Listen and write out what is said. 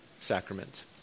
sacrament